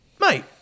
Mate